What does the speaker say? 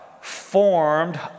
formed